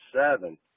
seven